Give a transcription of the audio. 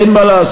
אין מה לעשות.